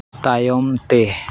ᱛᱟᱭᱚᱢ ᱛᱮ